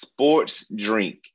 SPORTSDRINK